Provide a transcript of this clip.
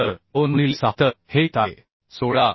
तर 2 गुणिले 6 तर हे येत आहे 16